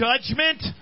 judgment